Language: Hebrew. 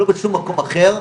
לא בשום מקום אחר,